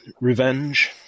revenge